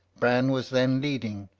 bran was then leading,